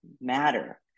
matter